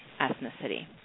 ethnicity